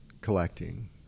collecting